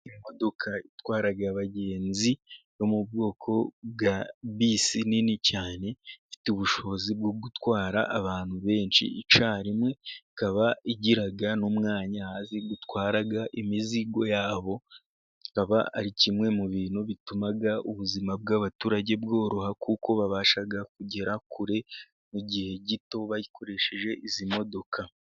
Imodoka zitwara abagenzi yo mu bwoko bwa bisi, ni nini cyane ifite ubushobozi bwo gutwara abantu benshi icyarimwe, ikaba igira n'umwanya wo gutwara imizigo yabo ikaba ari kimwe mu bintu bituma ubuzima bw'abaturage bworoha, kuko babasha kugera kure mu gihe gito bakoresheje izi modoka.